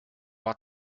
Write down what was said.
war